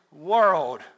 world